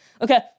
Okay